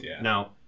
Now